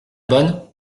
bonne